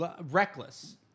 Reckless